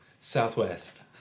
Southwest